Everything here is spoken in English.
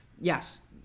yes